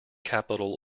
capital